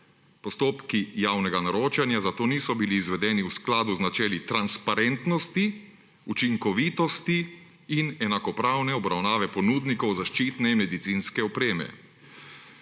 »Postopki javnega naročanja zato niso bili izvedeni v skladu z načeli transparentnosti, učinkovitosti in enakopravne obravnave ponudnikov zaščitne in medicinske opreme,